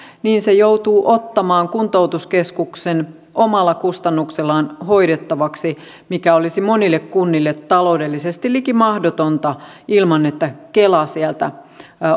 niin se joutuu ottamaan kuntoutuskeskuksen omalla kustannuksellaan hoidettavaksi mikä olisi monille kunnille taloudellisesti liki mahdotonta ilman että kela sieltä